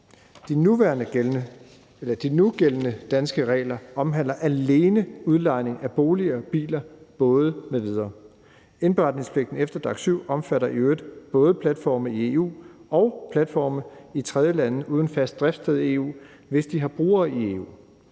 De nugældende danske regler omhandler alene udlejning af boliger, biler, både m.v. Indberetningspligten efter DAC7 omfatter i øvrigt både platforme i EU og platforme i tredjelande uden fast driftssted i EU, hvis de har brugere i EU.